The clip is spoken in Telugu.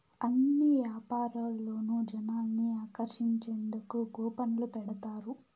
అన్ని యాపారాల్లోనూ జనాల్ని ఆకర్షించేందుకు కూపన్లు పెడతారు